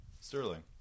Sterling